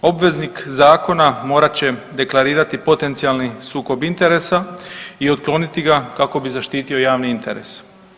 Obveznik zakona morat će deklarirati potencijalni sukob interesa i otkloniti ga kako bi zaštitio javni interes.